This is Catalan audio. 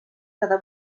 cada